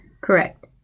Correct